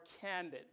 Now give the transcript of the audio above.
candid